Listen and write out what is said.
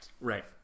Right